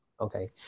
Okay